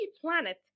planet